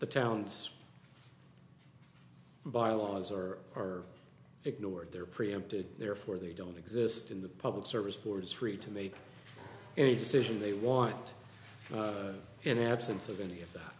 the town's bylaws are are ignored their preempted therefore they don't exist in the public service board's free to make any decision they want in absence of any of